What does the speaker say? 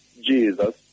Jesus